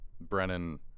Brennan